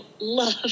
love